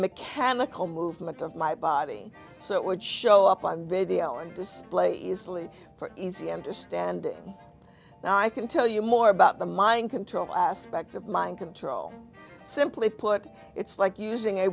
mechanical movement of my body so it would show up on video and display easily for easy understanding and i can tell you more about the mind control aspect of mind control simply put it's like using a